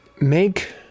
Make